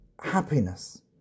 happiness